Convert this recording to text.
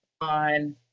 on